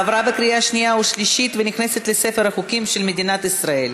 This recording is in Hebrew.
עברה בקריאה שנייה ושלישית ונכנסת לספר החוקים של מדינת ישראל.